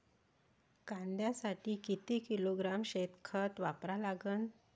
कांद्यासाठी किती किलोग्रॅम शेनखत वापरा लागन?